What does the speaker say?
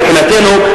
מבחינתנו,